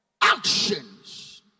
actions